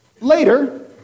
Later